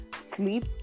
sleep